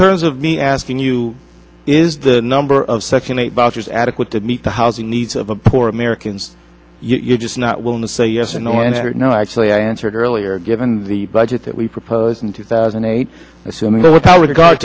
terms of me asking you is the number of section eight vouchers adequate to meet the housing needs of a poor americans you're just not willing to say yes or no and i don't know actually i answered earlier given the budget that we proposed in two thousand and eight assuming that with our regard